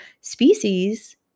species